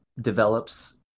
develops